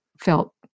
felt